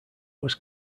was